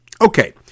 Okay